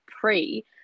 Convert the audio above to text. pre